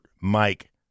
Mike